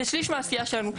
זה שליש מהעשייה שלנו.